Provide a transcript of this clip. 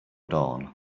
dawn